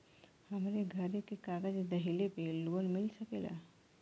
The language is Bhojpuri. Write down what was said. हमरे घरे के कागज दहिले पे लोन मिल सकेला?